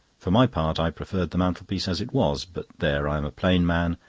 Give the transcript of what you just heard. for my part, i preferred the mantelpiece as it was but there, i'm a plain man,